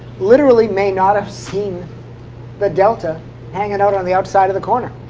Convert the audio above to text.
literally may not have seen the delta hanging out on the outside of the corner.